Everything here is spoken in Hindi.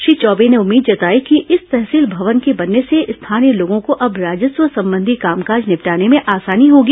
श्री चौबे ने उम्मीद जताई की कि इस तहसील भवन के बनर्ने से स्थानीय लोगो को अब राजस्व संबंधी कामकाज निपटाने में आसानी होगी